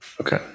Okay